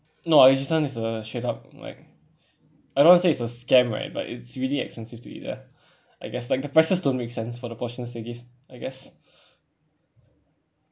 no ajisen is a straight up like I don't wanna say it's a scam right but it's really expensive to eat there I guess like the prices don't make sense for the portions they give I guess